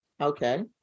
Okay